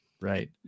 right